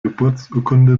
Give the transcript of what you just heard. geburtsurkunde